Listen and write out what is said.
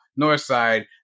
Northside